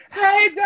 Hey